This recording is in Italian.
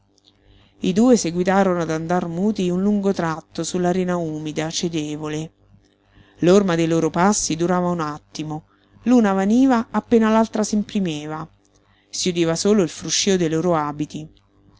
i due seguitarono ad andar muti un lungo tratto su la rena umida cedevole l'orma dei loro passi durava un attimo l'una vaniva appena l'altra s'imprimeva si udiva solo il fruscío dei loro abiti